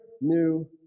new